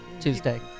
Tuesday